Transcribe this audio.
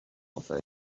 آفرید